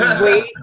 wait